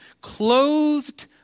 clothed